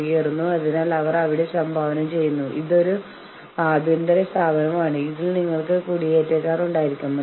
ഞങ്ങൾ ഇത് ഞങ്ങൾക്കിടയിൽ ചർച്ച ചെയ്യും അതിനുശേഷം ഞങ്ങൾ നിങ്ങളിലേക്ക് മടങ്ങിവരും